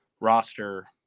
roster